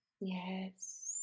yes